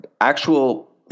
actual